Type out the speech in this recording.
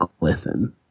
listen